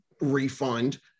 refund